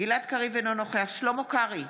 גלעד קריב, אינו נוכח שלמה קרעי,